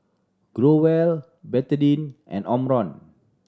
Growell Betadine and Omron